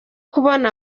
kubona